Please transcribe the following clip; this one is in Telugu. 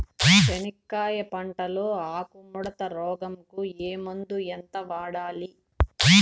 చెనక్కాయ పంట లో ఆకు ముడత రోగం కు ఏ మందు ఎంత వాడాలి?